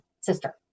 sister